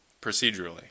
Procedurally